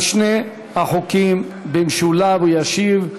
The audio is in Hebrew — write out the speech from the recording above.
על שני החוקים במשולב הוא ישיב.